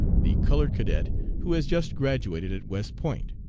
the colored cadet who has just graduated at west point.